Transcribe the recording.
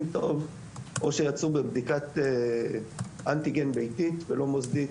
טוב או שיצאו בבדיקת אנטיגן ביתית ולא מוסדית,